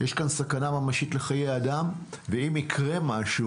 יש כאן סכנה ממשית לחיי אדם ואם יקרה משהו,